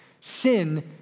Sin